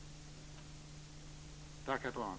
Tack, herr talman!